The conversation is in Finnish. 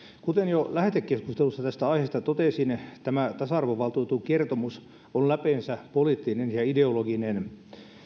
kuten jo lähetekeskustelussa tästä aiheesta totesin tämä tasa arvovaltuutetun kertomus on läpeensä poliittinen ja ideologinen